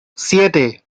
siete